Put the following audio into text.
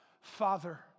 Father